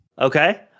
Okay